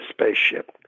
spaceship